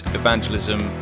evangelism